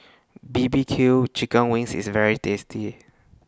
B B Q Chicken Wings IS very tasty